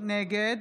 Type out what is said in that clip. נגד